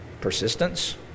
persistence